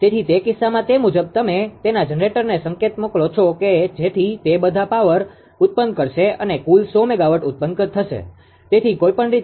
તેથી તે કિસ્સામાં તે મુજબ તમે તેના જનરેટરને સંકેત મોકલો છો કે જેથી તે આ બધા પાવર ઉત્પન્ન કરશે અને કુલ 100 મેગાવોટ ઉત્પન્ન થશે તેથી કોઈપણ રીતે